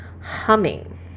humming